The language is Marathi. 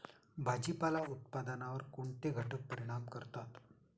भाजीपाला उत्पादनावर कोणते घटक परिणाम करतात?